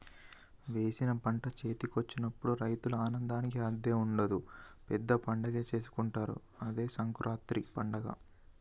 వేసిన పంట చేతికొచ్చినప్పుడు రైతుల ఆనందానికి హద్దే ఉండదు పెద్ద పండగే చేసుకుంటారు అదే సంకురాత్రి పండగ